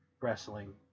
wrestling